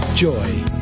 joy